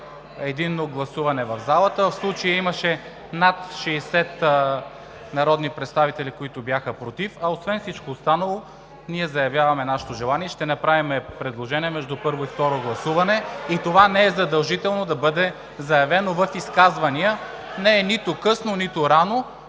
единно гласуване в залата. В случая имаше над 60 народни представители, които бяха „против“. Освен всичко останало ние заявяваме нашето желание и ще направим предложения между първо и второ гласуване. (Силен шум от ГЕРБ и ОП.) Това не е задължително да бъде заявено в изказвания. Не е нито късно, нито рано.